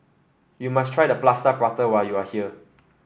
you must try Plaster Prata when you are here